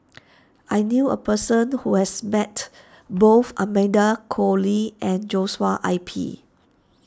I knew a person who has met both Amanda Koe Lee and Joshua I P